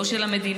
לא של המדינה,